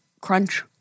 Crunch